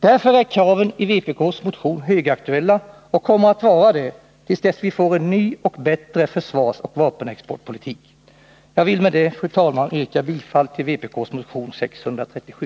Därför är kraven i vpk:s motion högaktuella, och de kommer att vara det till dess vi får en ny och bättre försvarsoch vapenexportpolitik. Jag vill med detta, fru talman, yrka bifall till vpk:s motion 637.